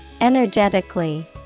Energetically